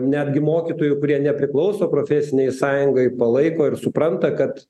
netgi mokytojų kurie nepriklauso profesinei sąjungai palaiko ir supranta kad